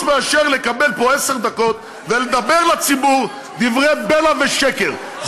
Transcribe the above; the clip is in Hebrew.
חוץ מלקבל פה עשר דקות ולדבר לציבור דברי בלע ושקר.